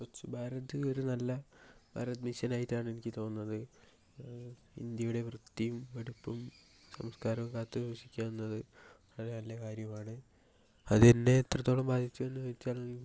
സ്വച്ച് ഭാരത് ഒരു നല്ല ഭാരത് മിഷനായിട്ടാണ് എനിക്ക് തോന്നുന്നത് ഇന്ത്യയുടെ വൃത്തിയും വെടുപ്പും സംസ്കാരവും കാത്തുസൂക്ഷിക്കുക എന്നത് വളരെ നല്ല കാര്യമാണ് അതെന്നെ എത്രത്തോളം ബാധിച്ചു എന്ന് ചോദിച്ചാൽ